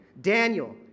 daniel